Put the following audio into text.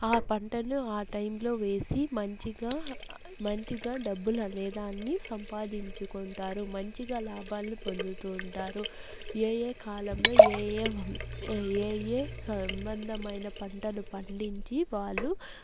ఆ పంటను ఆ టైం లో వేసి మంచిగా మంచిగా డబ్బులు అనే దాన్ని సంపాదించుకుంటారు మంచిగా లాభాల్ని పొందుతుంటారు ఏ ఏ కాలంలో ఏ ఏ ఏ ఏ సంబంధమైన పంటలు పండించి వాళ్ళు